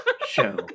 show